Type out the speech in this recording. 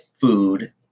food